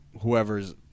Whoever's